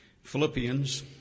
Philippians